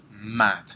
mad